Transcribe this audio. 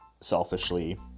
selfishly